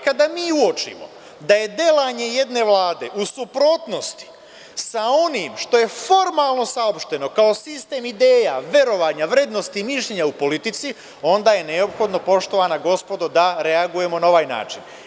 Kada mi uočimo da je delanje jedne Vlade u suprotnosti sa onim što je formalno saopšteno, kao sistem ideja, verovanja, vrednosti mišljenja u politici, onda je neophodno, poštovana gospodo, da reagujemo na ovaj način.